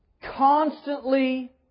Constantly